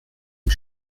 und